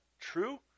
true